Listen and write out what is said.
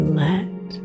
let